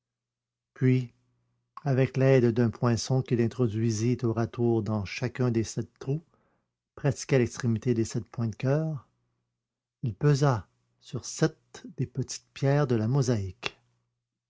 avec l'aide d'un poinçon qu'il introduisit alternativement dans chacun des sept trous pratiqués à l'extrémité des sept points de coeur il pesa sur sept des petites pierres de la mosaïque